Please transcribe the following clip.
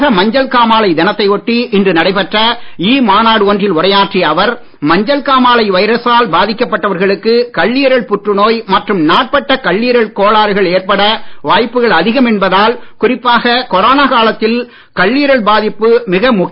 உலக மஞ்சள் காமாலை தினத்தை ஒட்டி இன்று நடைபெற்ற இ மாநாடு ஒன்றில் உரையாற்றிய அவர் மஞ்சள் காமாலை வைரசால் பாதிக்கப்பட்டவர்களுக்கு கல்லீரல் புற்றுநோய் மற்றும் நாள்பட்ட கல்லீரல் கோளாறுகள் ஏற்பட வாய்ப்புகள் அதிகம் என்பதால் குறிப்பாக கொரோனா காலத்தில் கல்லீரல் பாதுகாப்பு மிக முக்கியம் என்றார்